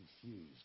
confused